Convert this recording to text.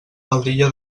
faldilla